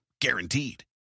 Guaranteed